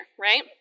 right